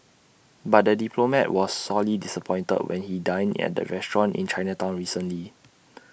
but the diplomat was sorely disappointed when he dined at the restaurant in Chinatown recently